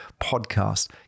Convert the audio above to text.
podcast